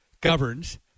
governs